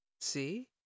See